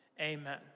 amen